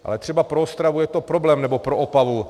Ale třeba pro Ostravu je to problém, nebo pro Opavu.